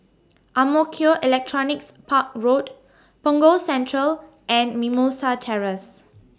Ang Mo Kio Electronics Park Road Punggol Central and Mimosa Terrace